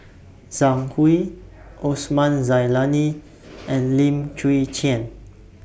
Zhang Hui Osman Zailani and Lim Chwee Chian